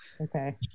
Okay